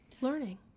learning